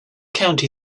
county